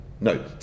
No